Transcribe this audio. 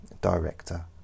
Director